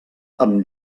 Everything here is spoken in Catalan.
amb